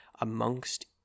amongst